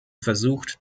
versucht